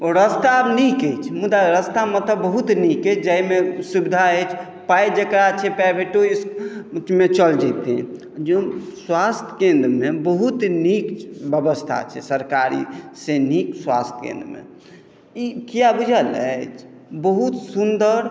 रस्ता नीक अछि मुदा रस्ता मतलब बहुत नीक अछि जाइमे सुविधा अछि पाइ जकरा छै प्राइवेटोमे चलि जेतै जौँ स्वास्थ्य केन्द्रमे बहुत नीक व्यवस्था छै सरकारीसँ नीक स्वास्थ्य केन्द्रमे ई किया बूझल अछि बहुत सुन्दर